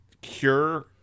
cure